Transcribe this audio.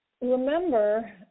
remember